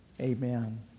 Amen